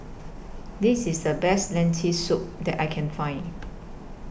This IS The Best Lentil Soup that I Can Find